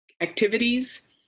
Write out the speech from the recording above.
activities